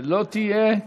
שלא תהיה,